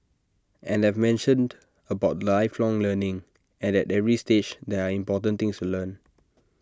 and I've mentioned about lifelong learning and at every stage there are important things to learn